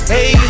Hey